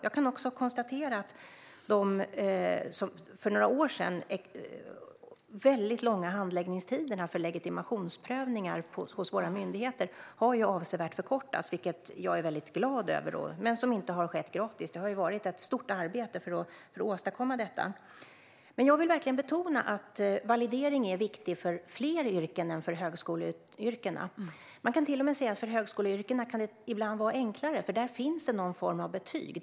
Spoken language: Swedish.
Jag kan också konstatera att de långa handläggningstider för legitimationsprövningar som fanns för några år sedan hos våra myndigheter har förkortats avsevärt, vilket jag är glad över. Men det har inte skett gratis. Det har varit ett stort arbete för att åstadkomma detta. Jag vill verkligen betona att validering är viktig för fler yrken än för högskoleyrkena. Man kan till och med säga att för högskoleyrkena kan det ibland vara enklare eftersom det där finns någon form av betyg.